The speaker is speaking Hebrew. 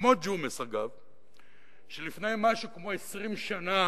כמו ג'ומס, אגב, שלפני משהו כמו 20 שנה